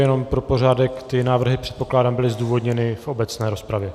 Jenom pro pořádek, ty návrhy, předpokládám, byly zdůvodněny v obecné rozpravě.